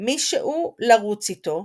"מישהו לרוץ איתו"